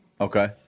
Okay